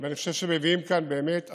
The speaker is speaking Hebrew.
ואני חושב שמביאים כאן באמת הצעה,